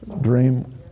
dream